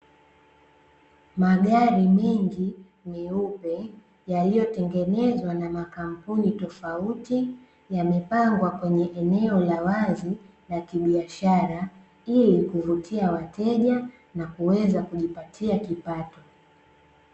Magari mengi meupe yaliyotengenezwa na makampuni tofauti, yamepangwa kwenye eneo la wazi, la kibiashara ili kuvutia wateja, na kuweza kujipatia kipato.